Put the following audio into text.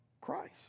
Christ